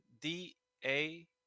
D-A